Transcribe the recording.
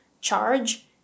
charge